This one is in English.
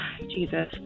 Jesus